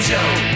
Joe